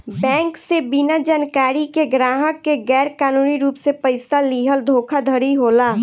bank से बिना जानकारी के ग्राहक के गैर कानूनी रूप से पइसा लीहल धोखाधड़ी होला